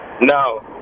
no